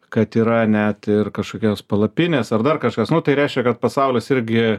kad yra net ir kažkokias palapines ar dar kažkas nu tai reiškia kad pasaulis irgi